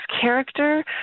character